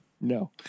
No